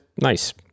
nice